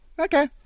Okay